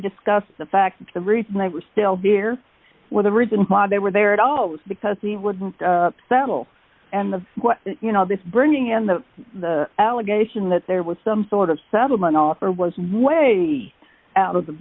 discussed the fact that the reason they were still there with the reason why they were there at all was because he wouldn't settle and you know this bringing in the the allegation that there was some sort of settlement offer was way out of the